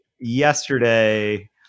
yesterday